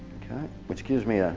which gives me a,